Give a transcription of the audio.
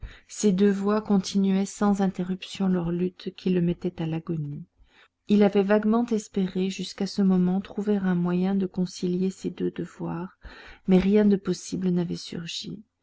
ces deux voix continuaient sans interruption leur lutte qui le mettait à l'agonie il avait vaguement espéré jusqu'à ce moment trouver un moyen de concilier ces deux devoirs mais rien de possible n'avait surgi